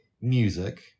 Music